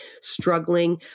struggling